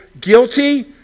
guilty